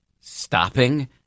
stopping